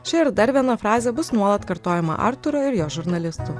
ši ir dar viena frazė bus nuolat kartojama artūro ir jo žurnalistų